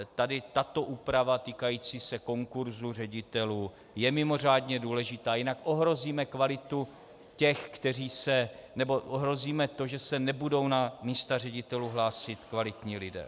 Tady tato úprava týkající se konkurzu ředitelů, je mimořádně důležitá, jinak ohrozíme kvalitu těch, nebo ohrozíme to, že se nebudou na místa ředitelů hlásit kvalitní lidé.